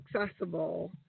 accessible